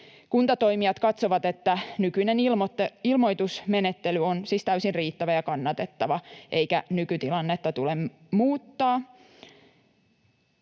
Kuntatoimijat katsovat, että nykyinen ilmoitusmenettely on siis täysin riittävä ja kannatettava eikä nykytilannetta tule muuttaa.